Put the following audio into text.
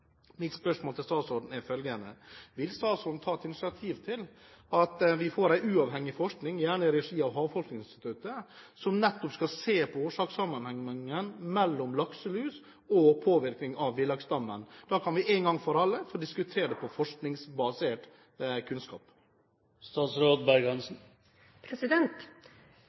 Mitt spørsmål til statsråden er følgende: Vil statsråden ta et initiativ til at vi får en uavhengig forskning, gjerne i regi av Havforskningsinstituttet, som skal se på årsakssammenhengen mellom lakselus og påvirkning av villaksstammen? Da kan vi en gang for alle få diskutert forskningsbasert kunnskap.